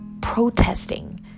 protesting